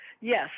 Yes